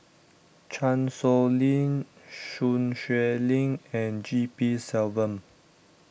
Chan Sow Lin Sun Xueling and G P Selvam